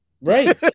Right